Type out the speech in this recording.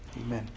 amen